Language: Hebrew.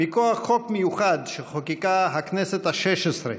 מכוח חוק מיוחד שחוקקה הכנסת השש-עשרה